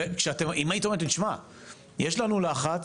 אם הייתם אומרים לי תשמע יש לנו לחץ,